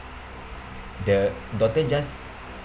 the daughter just